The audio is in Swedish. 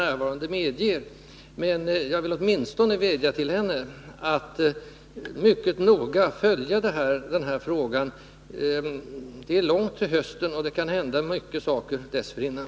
Därför vill jag varmt vädja till henne att mycket noga följa den här frågan. Det är långt till hösten, och det kan hända mångt och mycket dessförinnan.